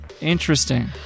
interesting